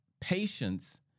Patience